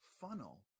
funnel